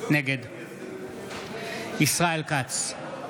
נגד ישראל כץ,